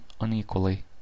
unequally